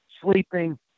sleeping